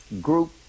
group